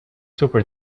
super